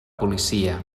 policia